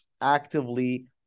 actively